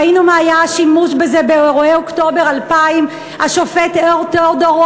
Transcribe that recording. ראינו מה היה השימוש בזה באירועי אוקטובר 2000. השופט תיאודור אור